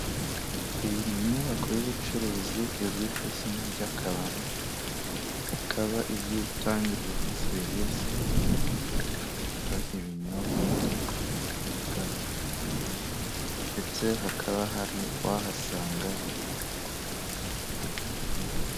Iyi ni inyubako y'ubucuruzi izwi ku izina ry'akabari. Ikaba iri gutangirwamo serivisi zo gucuruza ibinyobwa ndetse n'ibiribwa bihiye, ndetse ukaba wahasanga n'aho kuryama igihe unaniwe.